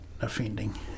offending